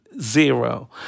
zero